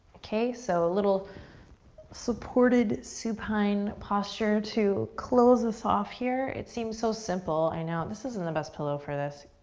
k, so a little supported supine posture to close this off here. it seems so simple, i know. this isn't the best pillow for this,